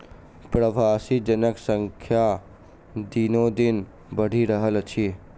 प्रवासी जनक संख्या दिनोदिन बढ़ि रहल अछि